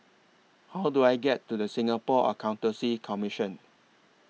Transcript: How Do I get to The Singapore Accountancy Commission